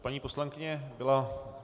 Paní poslankyně byla...